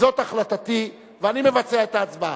זאת החלטתי, ואני מבצע את ההצבעה.